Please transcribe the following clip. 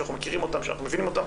שכולנו מכירים ומבינים אותם,